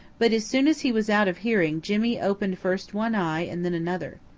but as soon as he was out of hearing jimmy opened first one eye and then another.